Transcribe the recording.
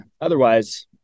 otherwise